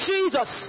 Jesus